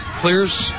clears